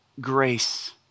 grace